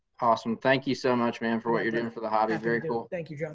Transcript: awesome, thank you so much man, for what you're doing for the hobby, very cool. thank you,